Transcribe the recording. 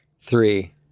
Three